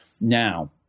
Now